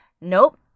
nope